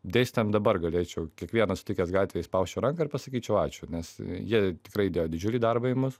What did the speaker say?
dėstytojam dabar galėčiau kiekvieną sutikęs gatvėje spausčiau ranką ir pasakyčiau ačiū nes jie tikrai dėjo didžiulį darbą į mus